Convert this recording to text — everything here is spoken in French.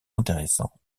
intéressants